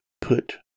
put